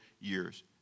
years